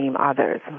others